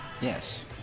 Yes